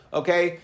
okay